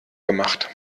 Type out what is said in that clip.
gemacht